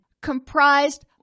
comprised